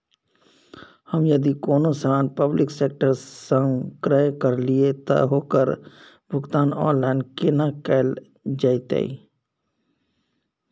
हम यदि कोनो सामान पब्लिक सेक्टर सं क्रय करलिए त ओकर भुगतान ऑनलाइन केना कैल जेतै?